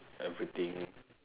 everything